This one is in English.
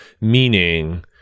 meaning